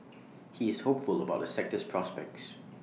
he is hopeful about the sector's prospects